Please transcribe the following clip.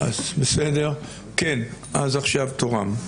אז עכשיו תורם.